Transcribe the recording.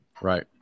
right